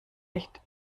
nicht